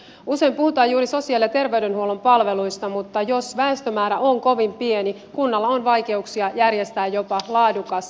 usein puhutaan juuri sosiaali ja terveydenhuollon palveluista mutta jos väestömäärä on kovin pieni kunnalla on vaikeuksia järjestää jopa laadukas opetus